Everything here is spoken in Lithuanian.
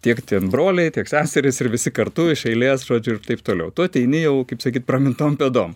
tiek ten broliai tiek seserys ir visi kartu iš eilės žodžiu ir taip toliau tu ateini jau kaip sakyt pramintom pėdom